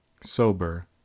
sober